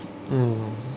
mm